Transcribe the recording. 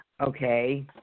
Okay